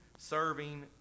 serving